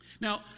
Now